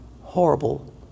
horrible